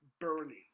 burning